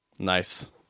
Nice